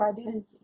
identity